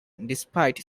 despite